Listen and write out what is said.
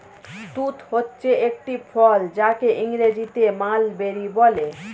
তুঁত হচ্ছে একটি ফল যাকে ইংরেজিতে মালবেরি বলে